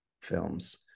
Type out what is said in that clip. films